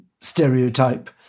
stereotype